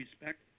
respect